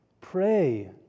Pray